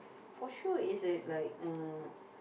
for sure is it like uh